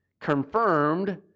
confirmed